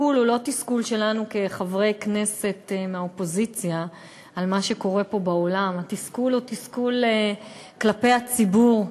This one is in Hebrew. תסכול כלפי הציבור,